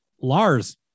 Lars